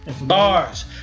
bars